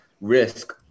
risk